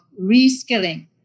reskilling